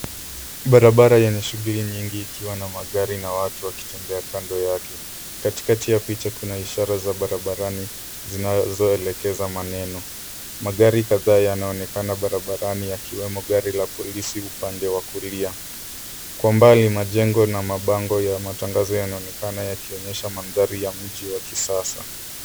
Barabara yenye shughuli nyingi ikiwa na magari na watu wakitembea kando yake. Katikati ya picha kuna ishara za barabarani zinazoelekeza maneno. Magari kadhaa yanaonekana barabarani yakiwemo gari la polisi upande wa kulia. Kwa mbali majengo na mabango ya matangazo yanaonekana yakionyesha mandhari ya mji wa kisasa.